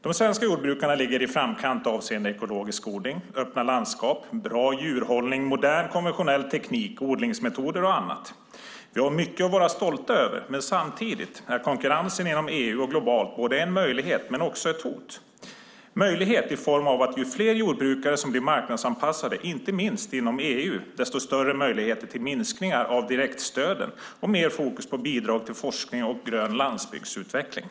De svenska jordbrukarna ligger i framkant avseende ekologisk odling, öppna landskap, bra djurhållning, modern och konventionell teknik, odlingsmetoder och annat. Vi har mycket att vara stolta över. Men samtidigt är konkurrensen inom EU och globalt både en möjlighet och ett hot. Den är en möjlighet i form av att ju fler jordbrukare som blir marknadsanpassade, inte minst inom EU, desto större möjligheter till minskningar av direktstöden och mer fokus på bidrag till forskning och grön landsbygdsutveckling.